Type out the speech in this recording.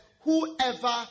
whoever